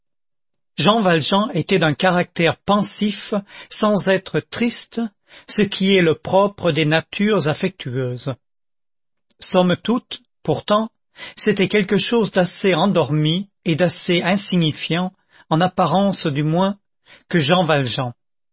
jean valjean était d'un caractère pensif sans être triste ce qui est le propre des natures affectueuses somme toute pourtant c'était quelque chose d'assez endormi et d'assez insignifiant en apparence du moins que jean valjean